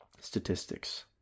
statistics